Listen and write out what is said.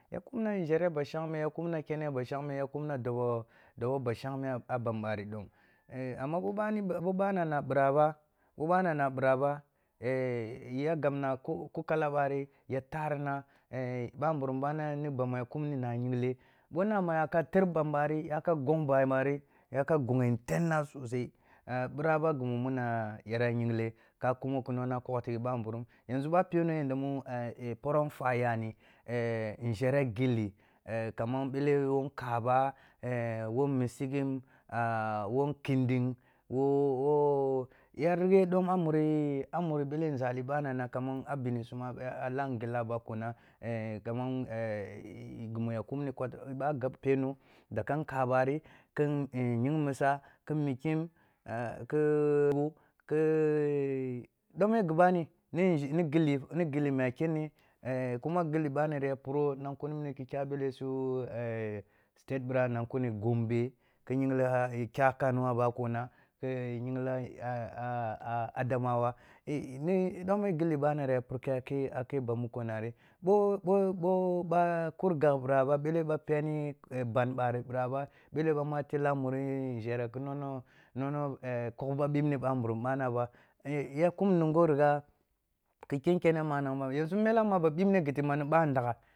Ya kumna nzhere ba shangme, ya kuma kene ba shangme, ya kumna dob oba shangme a ban ɓari ɗom, amma bo bana bo banina ɓirah ba, ɓo ɓan na ɓira ba ya gabna ku kala yi ya tarina, bamburum ɓana ni bamu a kumni na yingli ɓo nama ya ka tarih ban bari, ya ka gong ban mari, ya ka ghowi ni tenna sosai. ɓirah ba ghi mi muna yara yingle ka kumo ki nona kogh tighi ɓamburum. Yanȝu bo a peno mu porohn nfwa yani nȝhere gilli eh kaman ɓele wo nkaba, eh wo misikhim, ah wo nkining, yer yo dom a muri, a muri bele nȝali ɓanana kaman a binisum a la a ngella a do na bo a peno daga nkaba ri, ki ying isa, ki mikim dom ye ghi ɓani ni nȝhi ni gilli, ni gilla mu ya kenni kuma gilli ɓani ya puro nan kuni ghi kyah bele su state ɓira na kuni gombe ki yingli kyah kano a bako na, ki yingli a adamawa ɗom ni gilli ɓani ri a purke a ke a ke ba muko nari ɓa kur gagh biraba ɓele ɓa peni ban bari ɓiraba bele ɓa tella a muri nȝhere ki nona kogh ɓa ɓinne ɓamburum ɓana ba, eh ya kum nungoru ba ki ken kene manang ba, yanȝu mela ba pinne ghiti ma ni ɓandagha.